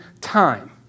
time